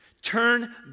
Turn